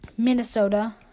Minnesota